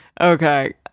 Okay